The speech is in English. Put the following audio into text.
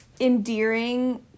endearing